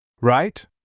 Right